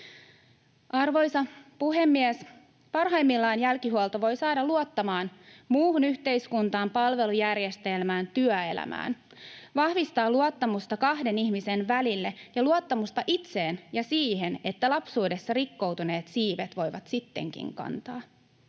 Arvoisa puhemies! Parhaimmillaan jälkihuolto voi saada luottamaan muuhun yhteiskuntaan, palvelujärjestelmään ja työelämään, vahvistaa luottamusta kahden ihmisen välillä ja luottamusta itseen ja siihen, että lapsuudessa rikkoutuneet siivet voivat sittenkin kantaa.